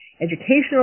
educational